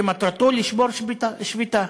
שמטרתו לשבור שביתה.